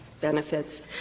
benefits